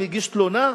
אם הגיש תלונה?